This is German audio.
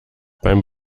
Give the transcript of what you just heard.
beim